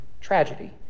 tragedy